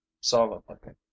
solid-looking